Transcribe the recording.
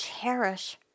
cherish